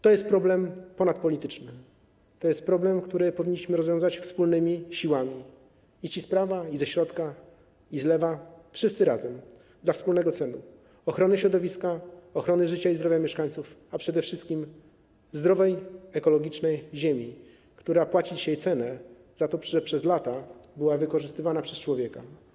To jest problem ponadpolityczny, to jest problem, który powinniśmy rozwiązać wspólnymi siłami: i ci z prawa, i ze środka, i z lewa, wszyscy razem, dla wspólnego celu - ochrony środowiska, ochrony życia i zdrowia mieszkańców, a przede wszystkim zdrowej, ekologicznej ziemi, która płaci dzisiaj cenę za to, że przez lata była wykorzystywana przez człowieka.